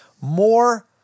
more